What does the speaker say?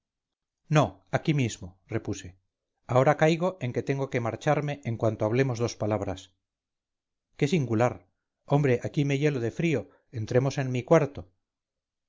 no aquí mismo repuse ahora caigo en que tengo que marcharme en cuanto hablemos dos palabras qué singular hombre aquí me hielo de frío entremos en mi cuarto